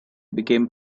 became